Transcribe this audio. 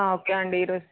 okay అండి ఈరోజు